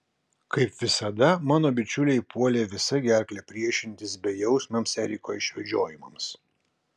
kaip visada mano bičiuliai puolė visa gerkle priešintis bejausmiams eriko išvedžiojimams